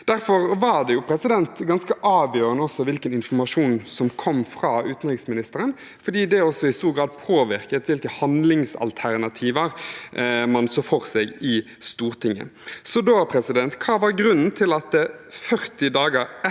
Derfor var det ganske avgjørende hvilken informasjon som kom fra utenriksministeren, fordi det også i stor grad påvirket hvilke handlingsalternativer man så for seg i Stortinget. Hva var grunnen til at 40 dager etter